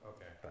Okay